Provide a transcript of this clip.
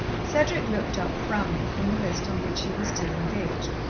cedric looked up, frowning, from the list on which he was still engaged.